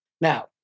Now